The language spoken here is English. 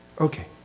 Okay